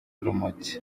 urumogi